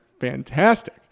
fantastic